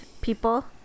people